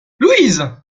louise